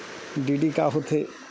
DD का होथे?